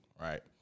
right